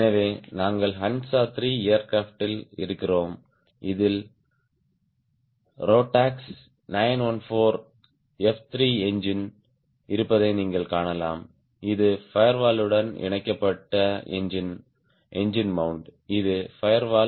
எனவே நாங்கள் ஹன்சா 3 ஏர்கிராப்ட் இருக்கிறோம் இதில் ரோட்டாக்ஸ் 914 எஃப் 3 எஞ்சின் இருப்பதை நீங்கள் காணலாம் இது ஃபயர்வாலுடன் இணைக்கப்பட்ட எஞ்சின் மவுண்ட் இது ஃபயர்வால்